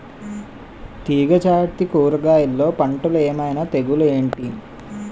తీగ జాతి కూరగయల్లో పంటలు ఏమైన తెగులు ఏంటి?